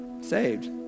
saved